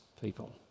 people